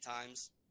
times